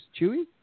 Chewy